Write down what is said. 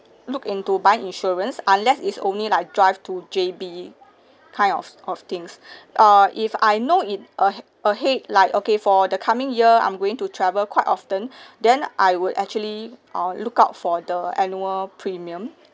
look into buy insurance unless is only like drive to J_B kind of of things err if I know in a ahead like okay for the coming year I'm going to travel quite often then I would actually uh look out for the annual premium